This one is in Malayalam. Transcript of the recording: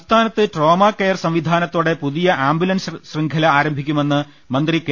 സംസ്ഥാനത്ത് ട്രോമാകെയർ സംവിധാനത്തോടെ പുതിയ ആംബുലൻസ് ശൃംഖല ആരംഭിക്കുമെന്ന് മന്ത്രി കെ